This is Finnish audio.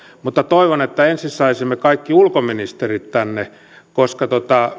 mutta toivon että ensin saisimme kaikki ulkoministerit tänne koska